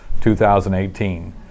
2018